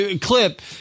clip